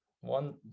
one